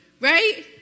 right